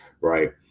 right